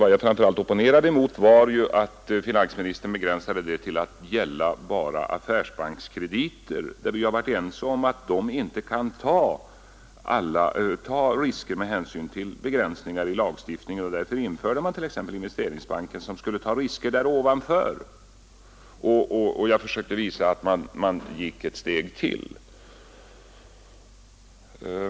Vad jag framför allt opponerade mig mot var att finansministern begränsade sig till affärsbankskrediter; vi har ju varit ense om att de bankerna med hänsyn till begränsningar i lagstiftningen inte kan ta alla slag av risker, och därför införde man t.ex. investeringsbanken, som skulle ta risker ovanför affärsbankernas. Jag försökte visa att man gick ytterligare ett steg.